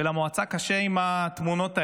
ולמועצה קשה עם התמונות האלה.